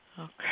Okay